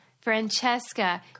francesca